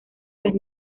las